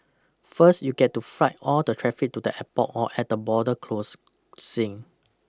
first you get to fright all the traffic to the airport or at the border cross sing